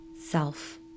self